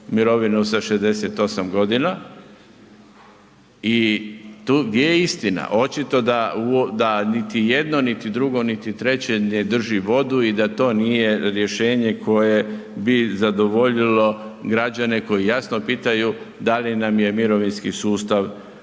mirovinu sa 68 godina i tu gdje je istina? Očito da niti jedno, niti drugo, niti treće ne drži vodu i da to nije rješenje koje bi zadovoljilo građane koji jasno pitaju da li nam je mirovinski sustav